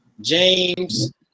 James